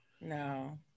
No